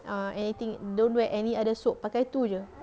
err anything don't wear any other soap pakai tu jer